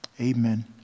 Amen